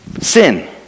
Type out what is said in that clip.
sin